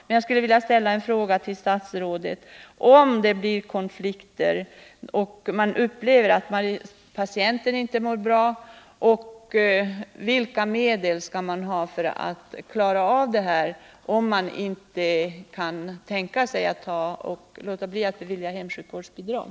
Men jag skulle vilja ställa en fråga till statsrådet: Om det blir konflikter och man upplever att patienten inte mår bra, vilka medel skall man tillgripa, om man inte kan tänka sig att låta bli att bevilja hemsjukvårdsbidrag?